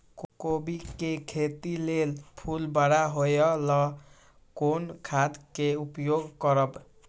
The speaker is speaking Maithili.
कोबी के खेती लेल फुल बड़ा होय ल कोन खाद के उपयोग करब?